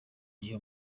gihe